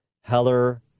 Heller